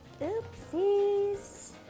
Oopsies